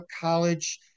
College